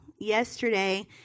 yesterday